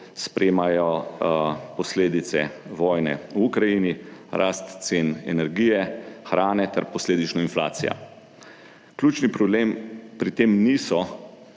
spremljajo posledice vojne v Ukrajini, rast cen energije, hrane, ter posledično inflacija. Ključni problem pri tem niso